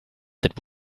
that